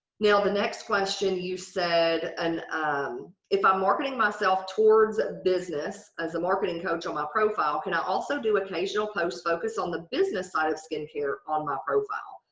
now, the next question you said and if i'm marketing myself towards business as a marketing coach on my profile, can i also do occasional post focus on the business side of skincare on my profile?